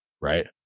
right